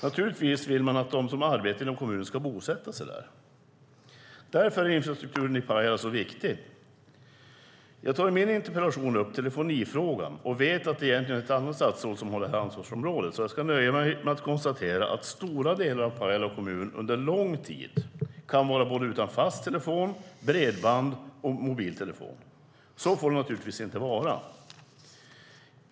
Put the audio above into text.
Naturligtvis vill man att de som arbetar inom kommunen ska bosätta sig där. Därför är infrastrukturen i Pajala så viktig. Jag tar i min interpellation upp telefonifrågan. Jag vet att det egentligen är ett annat statsråd som har det ansvarsområdet. Därför ska jag nöja mig med att konstatera att stora delar av Pajala kommun under lång tid kan vara utan fast telefon, bredband och mobiltelefon. Så får det naturligtvis inte vara.